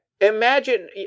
Imagine